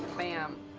bam.